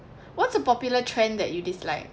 what's a popular trend that you dislike